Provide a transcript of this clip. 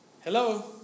Hello